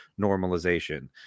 normalization